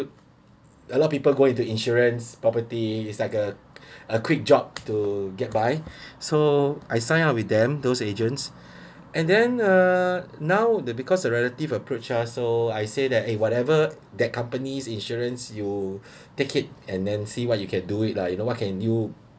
a lot of people go into insurance property is like a a quick job to get by so I signed up with them those agents and then uh now that because the relative approach us so I said that a whatever that companies insurance you take it and then see what you can do it lah you know what can you